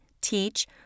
teach